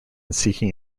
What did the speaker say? seeking